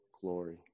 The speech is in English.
glory